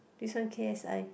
this one K_S_I